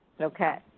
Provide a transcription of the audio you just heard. okay